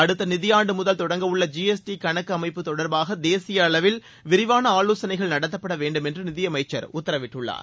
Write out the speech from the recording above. அடுத்த நிதியாண்டு முதல் தொடங்கவுள்ள ஜி எஸ் டி கணக்கு அமைப்பு தொடர்பாக தேசிய அளவில் விரிவான ஆலோசனைகள் நடத்தப்படவேண்டும் என்று நிதியமைச்சர் உத்தரவிட்டுள்ளார்